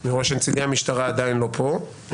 אני רואה שנציגי המשטרה עדיין לא פה.